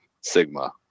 Sigma